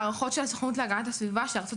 הערכות של הסוכנות להגנת הסביבה של ארצות